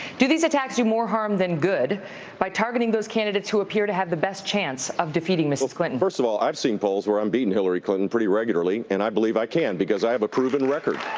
do these attacks do more harm than good by targeting those candidates who appear to have the best chance of defeating mrs. clinton? well, first of all, i've seen polls where i'm beating hillary clinton pretty regularly. and i believe i can, because i have a proven record,